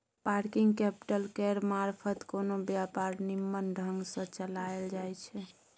working capital केर मारफत कोनो व्यापार निम्मन ढंग सँ चलाएल जाइ छै